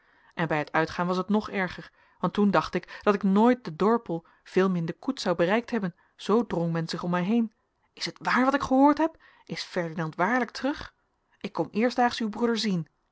en bij het uitgaan was het nog erger want toen dacht ik dat ik nooit den dorpel veelmin de koets zou bereikt hebben zoo drong men zich om mij heen is het waar wat ik gehoord heb is ferdinand waarlijk terug ik kom eerstdaags uw broeder zien